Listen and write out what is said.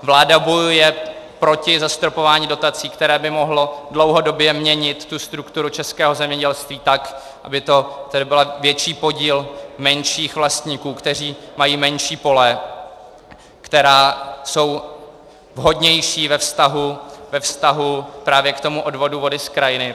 Vláda bojuje proti zastropování dotací, které by mohlo dlouhodobě měnit strukturu českého zemědělství tak, aby to byl větší podíl menších vlastníků, kteří mají menší pole, která jsou vhodnější ve vztahu právě k odvodu vody z krajiny.